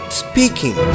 speaking